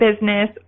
business